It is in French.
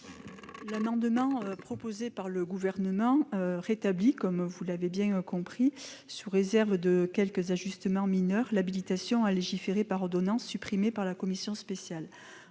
l'amendement proposé par le Gouvernement tend à rétablir, sous réserve de quelques ajustements mineurs, l'habilitation à légiférer par ordonnance supprimée par la commission spéciale.